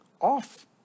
off